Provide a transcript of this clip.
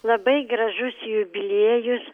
labai gražus jubiliejus